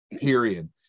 period